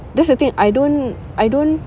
that's the thing I don't I don't